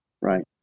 Right